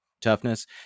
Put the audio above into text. toughness